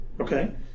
Okay